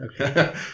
Okay